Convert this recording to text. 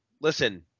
listen